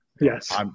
Yes